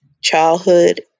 childhood